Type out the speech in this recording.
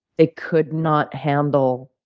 they could not handle